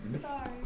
Sorry